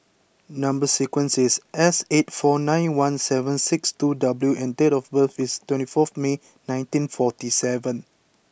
number sequence is S eight four nine one seven six two W and date of birth is twenty four May nineteen forty seven